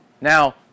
Now